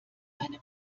eine